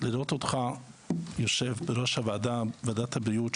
אני רואה אותך יושב בראש ועדת הבריאות,